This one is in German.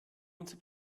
unsere